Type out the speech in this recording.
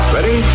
Ready